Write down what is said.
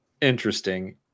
interesting